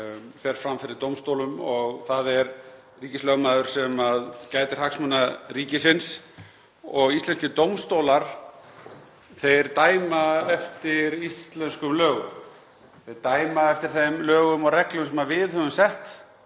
sem fer fram fyrir dómstólum: Það er ríkislögmaður sem gætir hagsmuna ríkisins og íslenskir dómstólar dæma eftir íslenskum lögum. Þeir dæma eftir þeim lögum og reglum sem við höfum sett